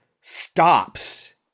stops